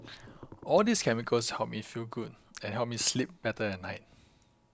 all these chemicals help me feel good and help me sleep better at night